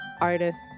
artists